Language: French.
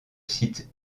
site